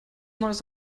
neues